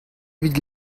evit